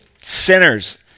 sinners